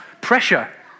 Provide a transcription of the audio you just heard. pressure